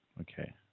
Okay